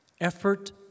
effort